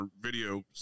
video